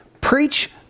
preach